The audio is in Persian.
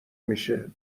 میشه